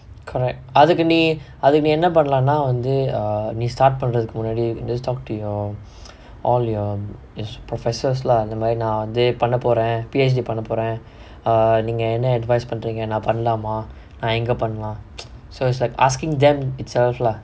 correct அதுக்கு நீ அதுக்கு நீ என்ன பண்ணலானா வந்து நீ:athukku nee athukku nee enna pannalaanaa vanthu nee start பண்றதுக்கு முன்னாடி:pandrathukku munnaadi talk to your all your professors lah இந்தமாரி நான் வந்து பண்ண போறேன்:inthamaari naan vanthu panna poraen P_H_D பண்ண போறேன்:panna poraen ah நீங்க என்ன:neenga enna advice பண்றீங்க நா பண்லாமா நா எங்க பண்லாம்:panreenga naa panlaamaa naa enga panlaam so it's like asking them itself lah